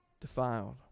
defiled